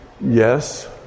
Yes